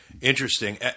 interesting